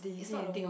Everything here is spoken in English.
is not over